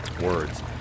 words